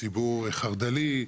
ציבור חרד"לי,